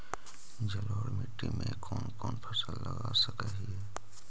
जलोढ़ मिट्टी में कौन कौन फसल लगा सक हिय?